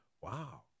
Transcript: wow